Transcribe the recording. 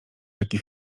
rzeki